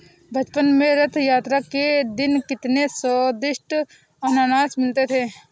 बचपन में रथ यात्रा के दिन कितने स्वदिष्ट अनन्नास मिलते थे